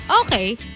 Okay